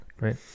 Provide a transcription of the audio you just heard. right